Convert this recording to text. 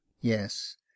yes